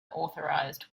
authorised